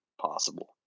possible